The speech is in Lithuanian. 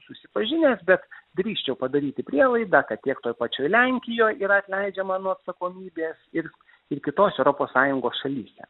susipažinęs bet drįsčiau padaryti prielaidą kad tiek toj pačioj lenkijoj yra atleidžiama nuo atsakomybės ir ir kitos europos sąjungos šalyse